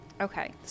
Okay